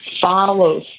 follows